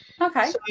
okay